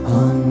on